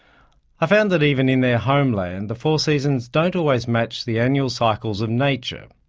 i found that even in their homeland, the four seasons don't always match the annual cycles of nature.